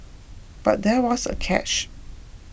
but there was a catch